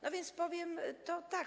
No więc powiem tak.